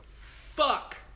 fuck